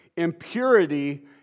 impurity